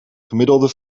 gemiddelde